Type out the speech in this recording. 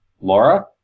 Laura